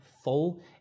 full